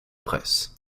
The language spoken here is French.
presse